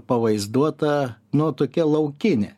pavaizduota nu tokia laukinė